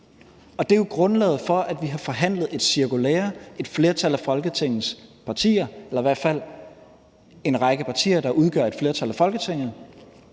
det er jo grundlaget for, at et flertal af Folketingets partier, eller i hvert fald en række partier, der udgør et flertal af Folketinget,